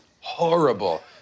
horrible